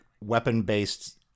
weapon-based